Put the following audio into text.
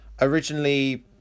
originally